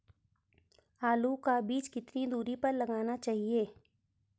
आलू का बीज कितनी दूरी पर लगाना चाहिए?